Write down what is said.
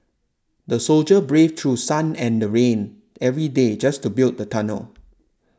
the soldier braved through sun and the rain every day just to build the tunnel